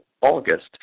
August